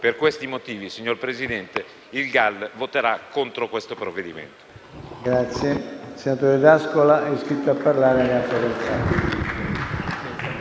Per questi motivi, signor Presidente, il Gruppo GAL voterà contro questo provvedimento.